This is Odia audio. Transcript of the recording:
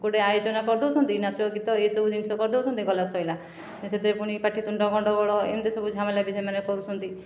ଗୋଟିଏ ଆୟୋଜନ କରି ଦେଉଛନ୍ତି ନାଚ ଗୀତ ଏସବୁ ଜିନିଷ କରି ଦେଉଛନ୍ତି ଗଲା ସରିଲା ସେଥିରେ ପୁଣି ପାଣିତୁଣ୍ଡ ଗଣ୍ଡଗୋଳ ଏମିତି ସବୁ ଝାମେଲା ବି ସେମାନେ କରୁଛନ୍ତି